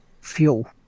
fuel